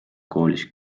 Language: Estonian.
koolis